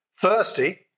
thirsty